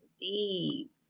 deep